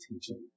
teaching